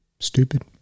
Stupid